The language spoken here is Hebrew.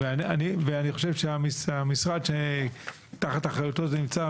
אני חושב שהמשרד שתחת אחריותו זה נמצא,